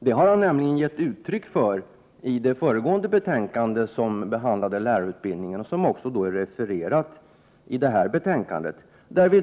Det har han nämligen gett uttryck för i det föregående betänkande som behandlade lärarutbildningen och som också är refererat i det aktuella betänkandet.